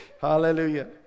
Hallelujah